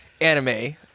anime